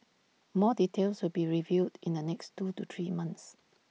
more details will be revealed in the next two to three months